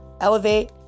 Elevate